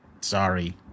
sorry